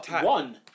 One